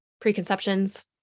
preconceptions